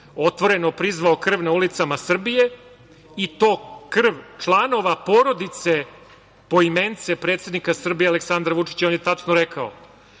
otvoreno prizvao krv na ulicama Srbije i to krv članova porodice poimence predsednika Srbije Aleksandra Vučića. On je tačno rekao